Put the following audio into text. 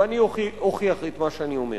ואני אוכיח את מה שאני אומר.